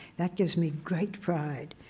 that gives me great pride.